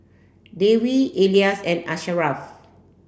Devi Elyas and Asharaff